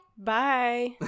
Bye